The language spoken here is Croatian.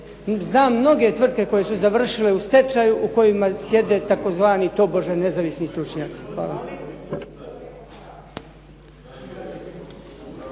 Znam mnoge tvrtke koje su završile u stečaju u kojima sjede tzv. tobože nezavisni stručnjaci.